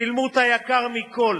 והם שילמו את היקר מכול.